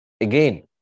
again